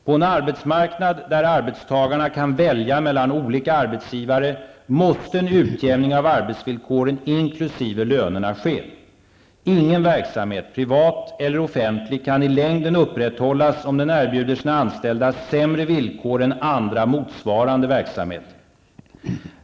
På en arbetsmarknad där arbetstagarna kan välja mellan olika arbetsgivare måste en utjämning av arbetsvillkoren, inkl. lönerna, ske. Ingen verksamhet, privat eller offentlig, kan i längden upprätthållas om den erbjuder sina anställda sämre villkor än andra motsvarande verksamheter.